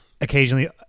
Occasionally